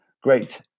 great